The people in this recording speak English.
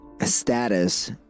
status